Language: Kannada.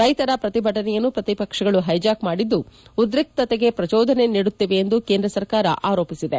ರೈತರ ಪ್ರತಿಭಟನೆಯನ್ನು ಪ್ರತಿಪಕ್ಷಗಳು ಹೈಜಾಕ್ ಮಾಡಿದ್ದು ಉದ್ರಿಕ್ತತೆಗೆ ಪ್ರಚೋದನೆ ನೀಡುತ್ತಿವೆ ಎಂದು ಕೇಂದ್ರ ಸರಕಾರ ಆರೋಪಿಸಿದೆ